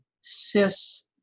cis